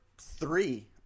three